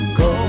go